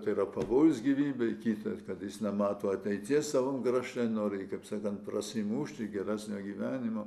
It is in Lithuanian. tai yra pavojus gyvybei kita kad jis nemato ateities savo krašte nori kaip sakant prasimušti geresnio gyvenimo